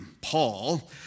Paul